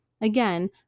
Again